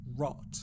rot